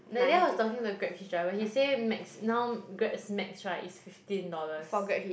that day I was talking to Grabhitch driver he say max now Grab's max [right] is fifteen dollars